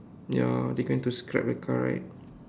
ya they going to scrap the car right